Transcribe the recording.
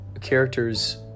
Characters